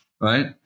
right